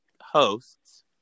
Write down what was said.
hosts